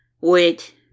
wait